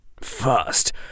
First